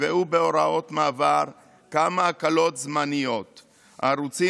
נקבעו בהוראות מעבר כמה הקלות זמניות בדבר הערוצים